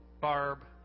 Barb